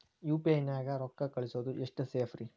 UPI ನ್ಯಾಗ ರೊಕ್ಕ ಕಳಿಸೋದು ಎಷ್ಟ ಸೇಫ್ ರೇ?